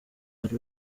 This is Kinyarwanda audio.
ari